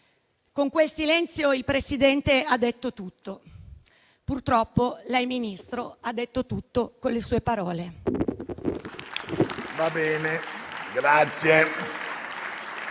Con quel silenzio il Presidente ha detto tutto. Purtroppo lei, Ministro, ha detto tutto con le sue parole.